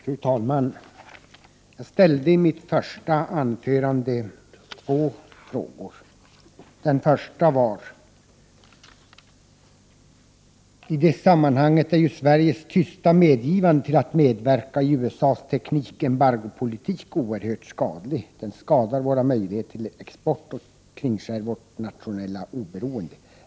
Fru talman! Jag ställde i mitt första anförande två frågor. Den första var: ”I det sammanhanget är ju Sveriges tysta medgivande till att medverka i USA:s teknikembargopolitik oerhört skadligt. Den skadar våra möjligheter till export och kringskär vårt nationella oberoende.